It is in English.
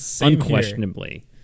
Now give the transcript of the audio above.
unquestionably